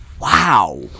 Wow